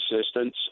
assistance